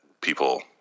people